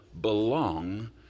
belong